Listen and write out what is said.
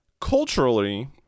culturally